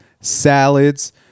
salads